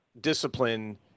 discipline